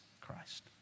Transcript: Christ